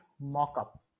mock-up